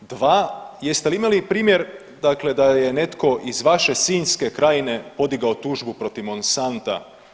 Dva, jeste li imali primjer da je netko iz vaše Sinjske krajine podigao tužbu protiv Monsanta?